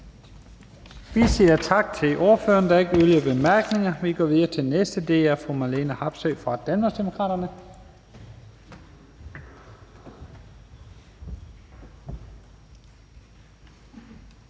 Vi siger tak til ordføreren. Der er ikke yderligere bemærkninger. Vi går videre til den næste ordfører, og det er fru Marlene Harpsøe fra Danmarksdemokraterne.